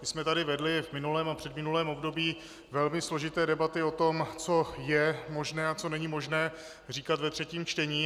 My jsme tady vedli v minulém a předminulém období velmi složité debaty o tom, co je možné a co není možné říkat ve třetím čtení.